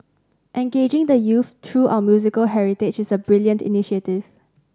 engaging the youth through our musical heritage is a brilliant initiative